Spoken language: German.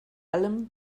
allem